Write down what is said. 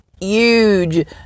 huge